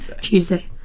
Tuesday